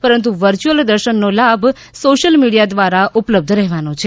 પરંતુ વર્ચ્યુયલ દર્શનનો લાભ સોશિયલ મીડિયા દ્વારા ઉપલબ્ધ રહેવાનો છે